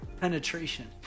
penetration